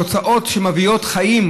תוצאות שמביאות חיים,